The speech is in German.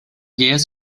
jähes